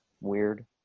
weird